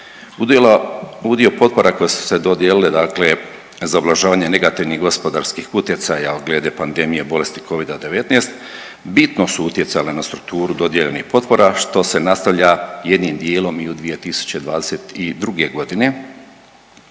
udio potpora koje su se dodijelile dakle za ublažavanje negativnih gospodarskih utjecaja od glede pandemije bolesti Covida-19 bitno su utjecale na strukturu dodijeljenih potpora, što se nastavlja jednim dijelom i u 2022. g.,